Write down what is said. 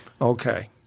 Okay